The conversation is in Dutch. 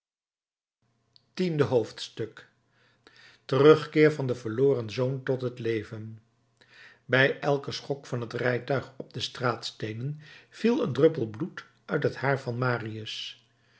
tiende hoofdstuk terugkeer van den verloren zoon tot het leven bij elken schok van het rijtuig op de straatsteenen viel een druppel bloed uit het haar van marius